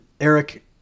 Eric